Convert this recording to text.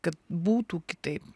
kad būtų kitaip